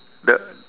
the